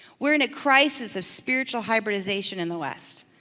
we're in a crisis of spiritual hybridization in the west.